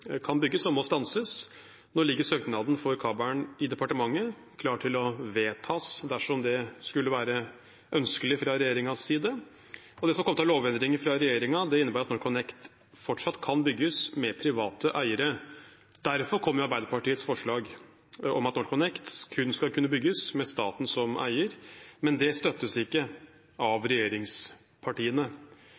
kan bygges, og det må stanses. Nå ligger søknaden for kabelen i departementet – klar til å vedtas dersom det skulle være ønskelig fra regjeringens side. Det som har kommet av lovendringer fra regjeringen, innebærer at NorthConnect fortsatt kan bygges med private eiere. Derfor kom Arbeiderpartiets forslag om at NorthConnect kun skal kunne bygges med staten som eier, men det støttes ikke av regjeringspartiene.